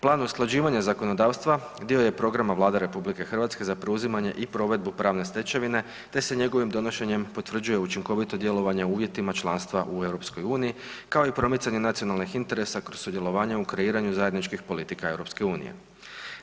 Plan usklađivanja zakonodavstva dio je programa Vlade RH za preuzimanje i provedbu pravne stečevine te se njegovim donošenjem potvrđuje učinkovito djelovanje u uvjetima članstva u EU-u kao i promicanje nacionalnih interesa kroz sudjelovanje u kreiranju zajedničkih politika EU-a.